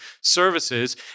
services